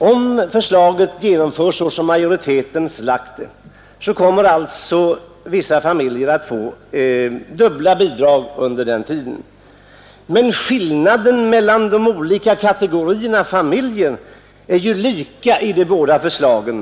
Om förslaget genomföres så som majoriteten lagt det, kommer vissa familjer att få dubbla bidrag under den tiden, men den ekonomiska skillnaden mellan de olika kategorierna familjer blir ju lika i båda förslagen.